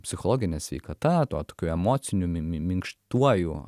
psichologine sveikata tuo tokiu emociniu mimi minkštuoju